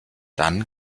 dann